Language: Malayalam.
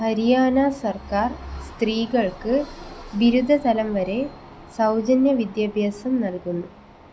ഹരിയാന സർക്കാർ സ്ത്രീകൾക്ക് ബിരുദ തലം വരെ സൗജന്യ വിദ്യാഭ്യാസം നൽകുന്നു